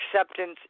acceptance